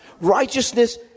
Righteousness